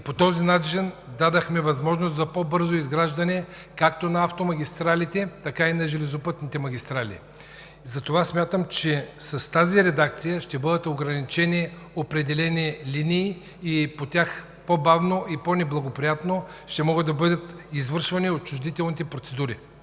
По този начин дадохме възможност за по-бързо изграждане както на автомагистралите, така и на железопътните магистрали. Смятам, че с тази редакция ще бъдат ограничени определени линии и по тях по-бавно и по-неблагоприятно ще могат да бъдат извършвани отчуждителните процедури.